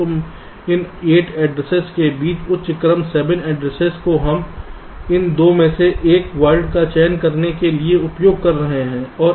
तो इस 8 ऐड्रेसेस के बीच उच्च क्रम 7 ऐड्रेसेस को हम इन 2 में से एक वर्ड का चयन करने के लिए उपयोग कर रहे हैं